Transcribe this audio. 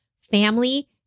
family